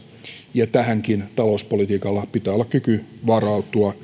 ja tähänkin talouspolitiikalla pitää olla kyky varautua